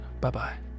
bye-bye